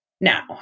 now